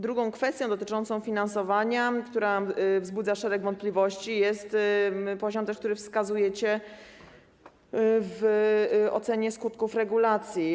Drugą kwestią dotyczącą finansowania, która wzbudza szereg wątpliwości, jest poziom, na który wskazujecie w ocenie skutków regulacji.